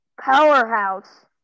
Powerhouse